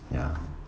ya